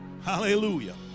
Hallelujah